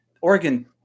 Oregon